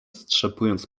strzepując